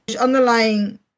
underlying